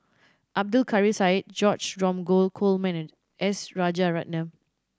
Abdul Kadir Syed George Dromgold Coleman and S Rajaratnam